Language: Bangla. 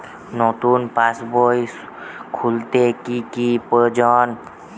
নতুন পাশবই খুলতে কি কি প্রয়োজন?